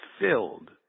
filled